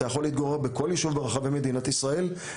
אתה יכול להתגורר בכל יישוב ברחבי מדינת ישראל.